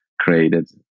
created